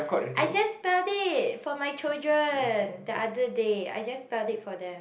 I just spelled it for my children the other day I just spelled it for them